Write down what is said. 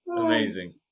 Amazing